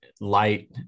light